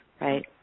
Right